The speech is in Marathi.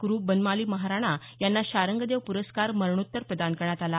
गुरु बनमाली महाराणा यांना शाङ्गदेव प्रस्कार मरणोत्तर प्रदान करण्यात आला